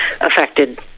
affected